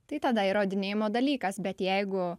tai tada įrodinėjimo dalykas bet jeigu